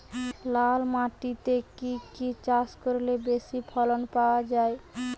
লাল মাটিতে কি কি চাষ করলে বেশি ফলন পাওয়া যায়?